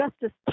Justice